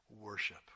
worship